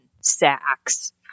sacks